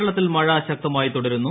കേരളത്തിൽ മഴ ശക്തമായി തുടരുന്നു